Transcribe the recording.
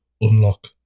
unlock